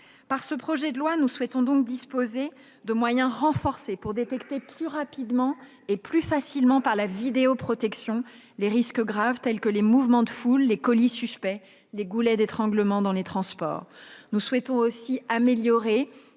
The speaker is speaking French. de ce projet de loi, nous entendons donc nous doter de moyens renforcés pour détecter plus rapidement et plus facilement, par la vidéoprotection, les risques graves- mouvements de foule, colis suspects, goulets d'étranglement dans les transports ...-, mais aussi améliorer